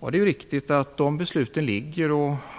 Det är riktigt att de besluten ligger fast.